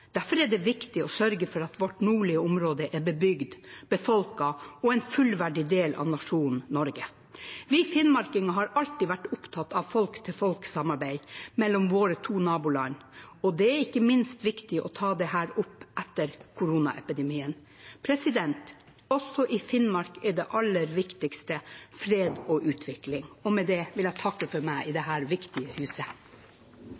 Derfor er det viktig å sørge for at vårt nordlige område er bebygd, befolket og en fullverdig del av nasjonen Norge. Vi finnmarkinger har alltid vært opptatt av folk-til-folk-samarbeid mellom våre to naboland, og det er ikke minst viktig å ta dette opp etter koronaepidemien. Også i Finnmark er det aller viktigste fred og utvikling. Og med det vil jeg takke for meg i dette viktige huset. Jeg er bekymret. Vi har en bemanningskrise i helsesektoren. Det